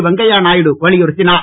வெங்கையா நாயுடு வலியுறுத்தினார்